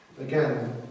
Again